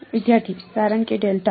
વિદ્યાર્થી કારણ કે ડેલ્ટા